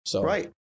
Right